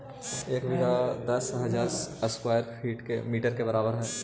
एक बीघा दस हजार स्क्वायर मीटर के बराबर हई